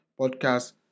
podcast